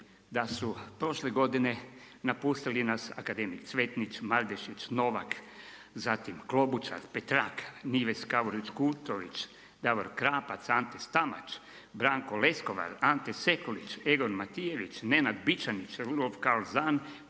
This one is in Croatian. da su prošle godine napustili nas akademik Cvetnić, Mardešić, Novak, Klobučar, Petraka, Nives Kavurić Kultović, Davor Krapac, Ante Stamač, Branko Leskovar, Ante Sekulić, Egon Matijević, Nenad Bičanić, Rudolf …,